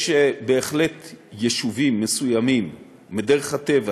יש בהחלט יישובים מסוימים, מדרך הטבע,